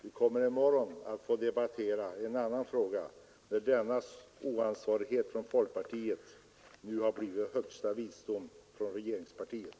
I morgon kommer vi att få debattera en fråga, där denna ”oansvarighet” hos folkpartiet har blivit högsta visdom hos regeringspartiet.